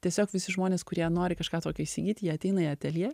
tiesiog visi žmonės kurie nori kažką tokio įsigyti jie ateina į ateljė